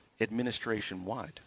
administration-wide